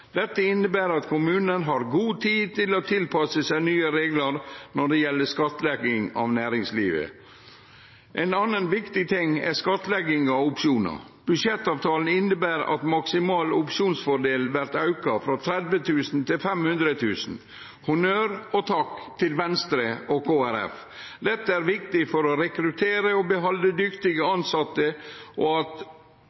Dette inneber at kommunen har god tid til å tilpasse seg nye reglar når det gjeld skattlegging av næringslivet. Ein annan viktig ting er skattlegging av opsjonar. Budsjettavtalen inneber at maksimal opsjonsfordel vert auka frå 30 000 kr til 500 000 kr. Honnør og takk til Venstre og Kristeleg Folkeparti! Det er viktig for å rekruttere og behalde dyktige